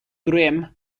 grimm